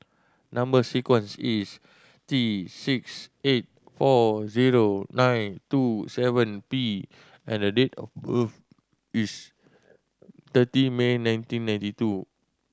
number sequence is T six eight four zero nine two seven P and date of birth is thirty May nineteen ninety two